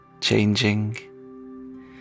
changing